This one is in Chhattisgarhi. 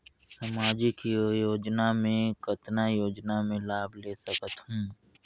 समाजिक योजना मे कतना योजना मे लाभ ले सकत हूं?